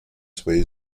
своей